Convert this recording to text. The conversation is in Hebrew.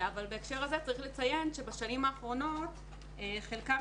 בהקשר הזה צריך לציין שבשנים האחרונות חלקם